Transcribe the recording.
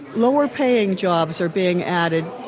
lower-paying jobs are being added,